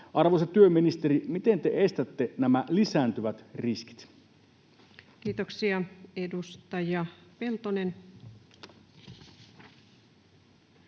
Arvoisa työministeri, miten te estätte nämä lisääntyvät riskit? Kiitoksia. — Edustaja Peltonen.